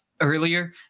earlier